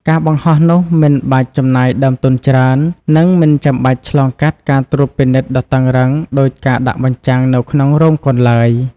ការបង្ហោះនោះ មិនបាច់ចំណាយដើមទុនច្រើន និងមិនចាំបាច់ឆ្លងកាត់ការត្រួតពិនិត្យដ៏តឹងរ៉ឹងដូចការដាក់បញ្ចាំងនៅក្នុងរោងកុនឡើយ។